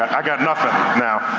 i got nothing now.